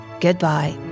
goodbye